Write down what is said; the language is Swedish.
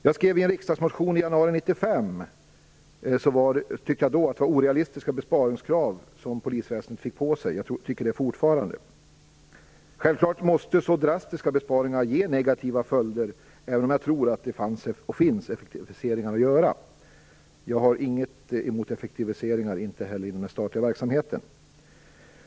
Jag skrev i en riksdagsmotion i januari 1995 att jag tyckte att det var orealistiska besparingskrav som polisväsendet fick sig ålagda. Jag tycker det fortfarande. Självklart måste så drastiska besparingar ge negativa följder, även om jag tror att det finns effektiviseringar att göra. Jag har inget emot effektiviseringar, inte heller inom den statliga verksamheten.